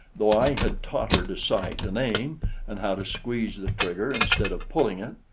though i had taught her to sight and aim and how to squeeze the trigger instead of pulling it.